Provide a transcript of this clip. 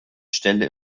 stelle